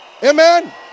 Amen